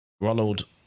Ronald